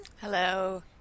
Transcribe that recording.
Hello